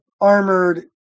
armored